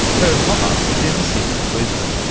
her pop-up is in the city of brisbane.